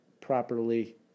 properly